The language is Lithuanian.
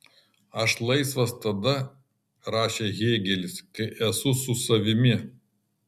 aš laisvas tada rašė hėgelis kai esu su savimi